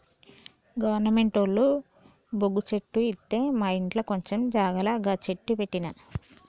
గవర్నమెంటోళ్లు బొంగు చెట్లు ఇత్తె మాఇంట్ల కొంచం జాగల గ చెట్లు పెట్టిన